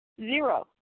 Zero